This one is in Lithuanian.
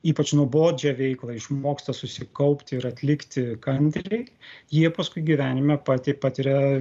ypač nuobodžią veiklą išmoksta susikaupti ir atlikti kantriai jie paskui gyvenime pati patiria